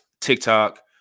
TikTok